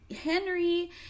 Henry